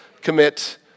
commit